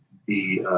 be